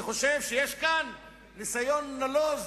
אני חושב שיש כאן ניסיון נלוז,